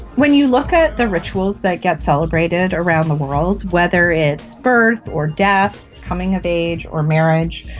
when you look at the rituals that gets celebrated around the world, whether it's birth or death, coming of age or marriage,